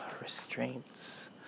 restraints